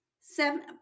seven